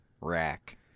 Rack